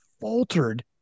faltered